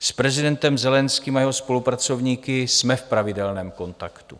S prezidentem Zelenským a jeho spolupracovníky jsme v pravidelném kontaktu.